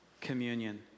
communion